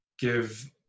give